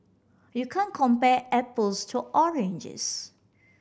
you can't compare apples to oranges